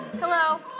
Hello